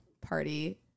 party